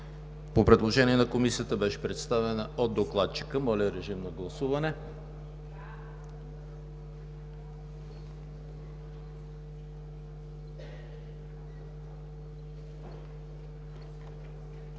по предложение на Комисията беше представена от докладчика. Моля, гласувайте.